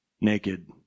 Naked